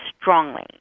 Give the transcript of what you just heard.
strongly